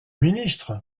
ministre